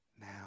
now